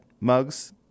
mugs